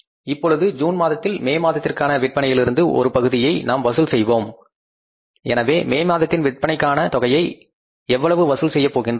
இப்பொழுது ஜூன் மாதத்தில் மே மாதத்திற்கான விற்பனையிலிருந்து ஒரு பகுதியை நாம் வசூல் செய்வோம் எனவே மே மாதத்தின் விற்பனைக்கான தொகையை எவ்வளவு வசூல் செய்யப் போகின்றோம்